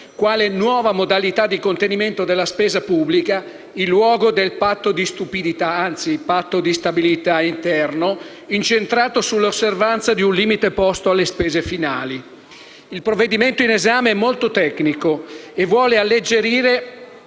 quale nuova modalità di contenimento della spesa pubblica in luogo del patto di stupidità, anzi del Patto di stabilità interno, incentrato sull'osservanza di un limite posto alle spese finali. Il provvedimento in esame è molto tecnico e vuole alleggerire